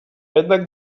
jednak